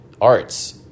arts